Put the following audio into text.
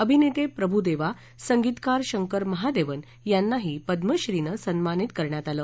अभिनेते प्रभुदेवा संगीतकार शंकर महादेवन् यांनाही पद्मश्रीने सन्मानित करण्यात आलं